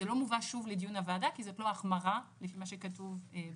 זה לא מובא שוב לדיון הוועדה כי זאת לא החמרה לפי מה שכתוב בחוק.